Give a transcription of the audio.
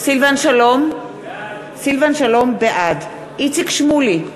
סילבן שלום, בעד איציק שמולי,